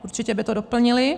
Určitě by to doplnili.